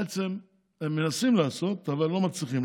בעצם, הם מנסים לעשות אבל לא מצליחים.